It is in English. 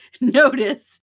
notice